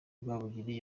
rwabugili